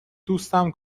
دوستم